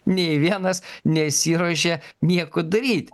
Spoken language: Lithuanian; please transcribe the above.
nė vienas nesiruošė nieko daryti